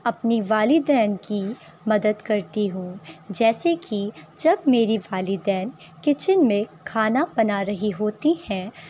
اپنی والدین کی مدد کرتی ہوں جیسے کہ جب میری والدین کچن میں کھانا بنا رہی ہوتی ہیں